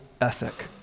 ethic